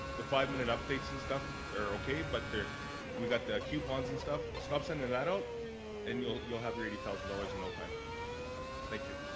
five minute updates and stuff are okay but they're we got the coupons and stuff stops in and that out and you'll you'll have your eighty thousand dollars in no time thank you